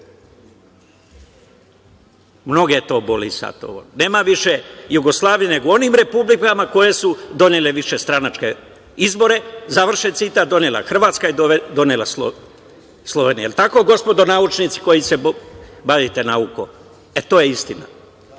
mnoge to boli, nema više Jugoslavije, nego onim republikama koje su donele višestranačke izbore“ završen citat. Donela Hrvatska i donela Slovenija, jel tako, gospodo naučnici, koji se bavite naukom? To je istina.